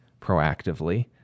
proactively